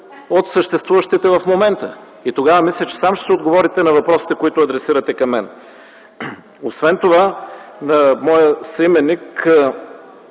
от съществуващите в момента? И тогава мисля, че сам ще си отговорите на въпросите, които адресирате до мен. Освен това на моя съименник